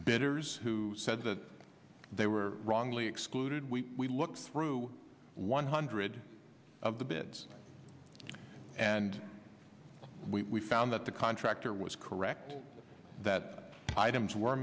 ders who said that they were wrongly excluded we looked through one hundred of the bids and we found that the contractor was correct that items were